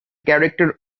character